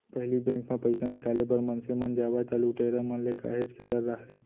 पहिली बेंक म पइसा निकाले बर मनसे मन जावय त लुटेरा मन ले काहेच के डर राहय